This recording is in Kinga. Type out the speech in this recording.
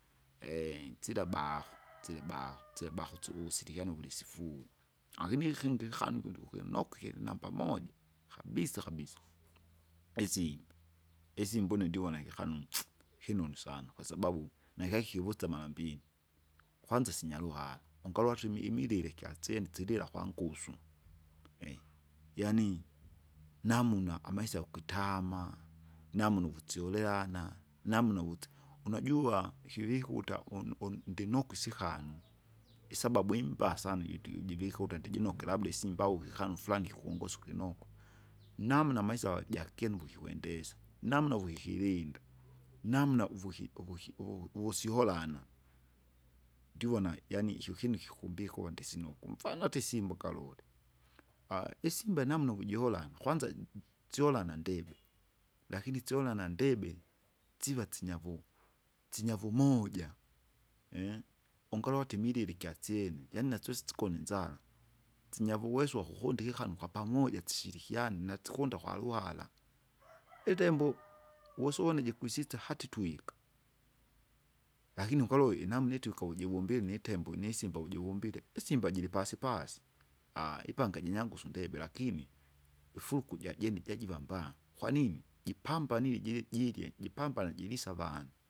sila baho, sila baho sila baho kusu uvusilikiano uvulisifuri. Lakini kikanu ikindu kulinokwa kilinamba moja, kabisa kabisa isi- isimba une ndivona kikanunu kinunu sana, kwasababu nikakivusa marambili, lkwanza isinya ruhara, ungalola tuimi imilile kyatsene silila kwangusu. Yaani namuna amaisha kukitama, namuna kutsolelena, namuna uvusi unajua ikivikuta unu- unu- ndinukusikana isababu imbaa sana jutu jivika ukuta ndijinoka labda isimba au kikanu furani kungose ukinoko, namna amaisa vajakene ukikwendesa, namna ukukilinda, namna uvuki- uvuki- uvuhu- uvusiholana, ndivona yaani kyokinu ikikumbika undisinoku mfano atisimba ukalule. isimba namna ukujihola kwaanza siholana ndivi. Lakini syolana ndibi, siva sinyavu, sinyavumoja, ungalowa atimilile ikyasyene yaani nasyosi sikune inzaru sinyavuwesu uwakukundika ikikanu kwapamoja sishirikiane nasikunda kwaruhara, itembo wusuvona jikwisisa hata itwiga. Lakini ukalowe inamna ituika ujivumbi nitembo, nisimba ukivumbile, isimba jilipasi pasi ipanga jinyangusu ndebe lakini, ifuruku jajene jajuva mbaha, kwanini? jipambana ili jirye jirye jipambana jirisye avana.